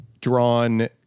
drawn